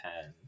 ten